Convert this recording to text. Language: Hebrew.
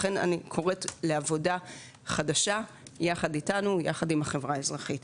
לכן אני קוראת לעבודה חדשה יחד איתנו והחברה האזרחית.